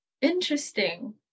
interesting